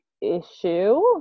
issue